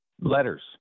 letters